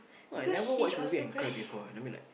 oh I never watch movie and cry before I mean like